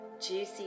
juicy